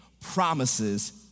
promises